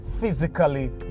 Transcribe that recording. physically